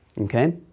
Okay